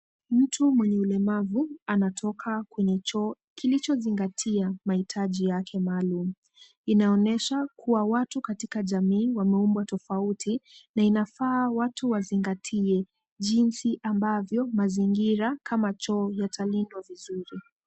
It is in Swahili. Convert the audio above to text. Mtu mwenye ulemavu anatoka kwenye choo kilichozingatia mahitaji nyake maalum, inaonyesha kuwa watu katika jamii wameumbwa tofauti na inafaa watu wazingatie jinsi ambavyo mazingira kama choo yatalindwa vizuri.